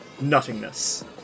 nothingness